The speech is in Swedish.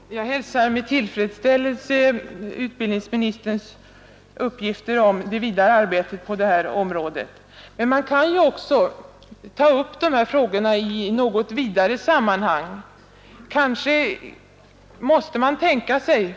Herr talman! Jag hälsar med tillfredsställelse utbildningsministerns uppgifter om det fortsatta arbetet på det här området. Men man bör också ta upp frågorna i ett något vidare sammanhang.